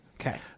Okay